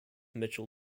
mitchell